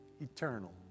eternal